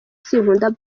sinkunda